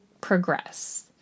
progress